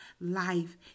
life